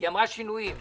עושים ביטוח על הרכב.